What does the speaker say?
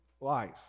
life